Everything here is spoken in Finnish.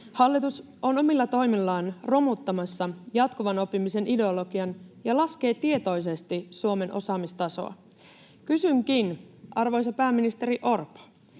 Hallitus on omilla toimillaan romuttamassa jatkuvan oppimisen ideologian ja laskee tietoisesti Suomen osaamistasoa. Kysynkin, arvoisa pääministeri Orpo: